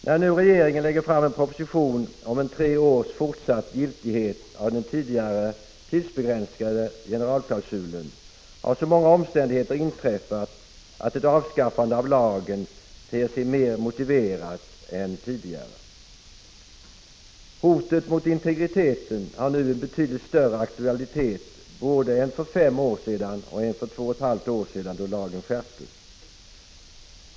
När nu regeringen lägger fram en proposition om en tre års fortsatt giltighet av den tidigare tidsbegränsade generalklausulen, har så många omständigheter inträffat att ett avskaffande av lagen ter sig mer motiverat än tidigare. Hotet mot integriteten har nu en betydligt större aktualitet både än för fem år sedan och än för två och ett halvt år sedan, då lagen skärptes.